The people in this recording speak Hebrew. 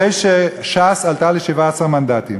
אחרי שש"ס עלתה ל-17 מנדטים: